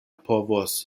povos